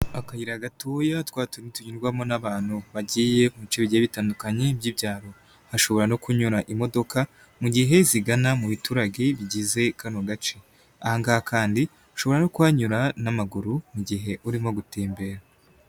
Akayira gatoya, twatundi tunyurwamo n'abantu bagiye muce bigiye bitandukanye by'ibyaro, hashobora no kunyura imodoka mu gihe zigana mu biturage bigize kano gace. Ahangaha kandi ushobora no kuhanyura n'amaguru mu gihe urimo gutembera.